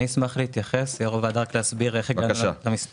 אני אשמח להתייחס ולהסביר איך הגענו למספרים.